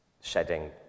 shedding